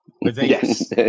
yes